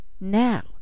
now